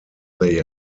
they